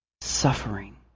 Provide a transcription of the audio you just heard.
Suffering